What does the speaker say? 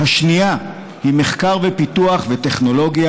השנייה היא מחקר ופיתוח וטכנולוגיה,